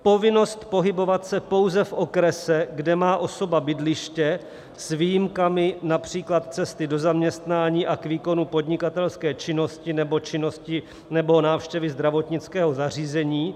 Povinnost pohybovat se pouze v okrese, kde má osoba bydliště, s výjimkami například cesty do zaměstnání, k výkonu podnikatelské činnosti nebo činnosti nebo návštěvy zdravotnického zařízení.